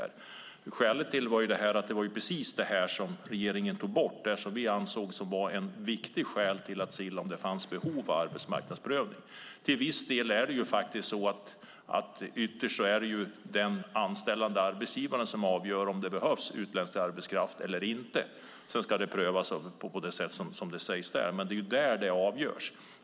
Regeringen tog bort det här, och vi ansåg att det var viktigt att se om det fanns behov av arbetsmarknadsprövning. Ytterst är det den anställande arbetsgivaren som avgör om det behövs utländsk arbetskraft eller inte. Sedan ska det prövas på det sätt som sägs. Men det är där det avgörs.